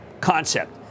concept